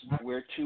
whereto